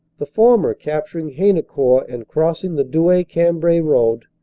the former capturing haynecourt and crossing the douai-cambrai road,